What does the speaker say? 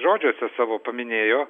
žodžiuose savo paminėjo